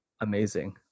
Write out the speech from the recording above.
amazing